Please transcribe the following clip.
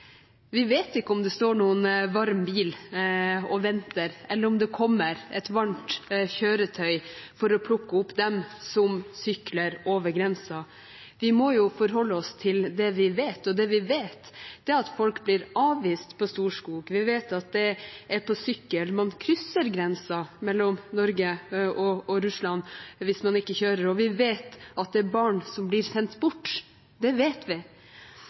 ikke vet. Vi vet ikke om det står noen varm bil og venter, eller om det kommer et varmt kjøretøy for å plukke opp dem som sykler over grensen. Vi må forholde oss til det vi vet, og det vi vet, er at folk blir avvist på Storskog. Vi vet at det er på sykkel man krysser grensen mellom Norge og Russland, hvis man ikke kjører, og vi vet at det er barn som blir sendt bort – det vet vi.